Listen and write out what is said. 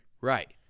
Right